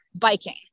biking